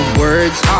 words